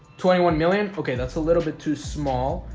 twenty one million. okay, that's a little bit too small.